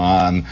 on